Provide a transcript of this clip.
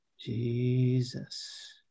Jesus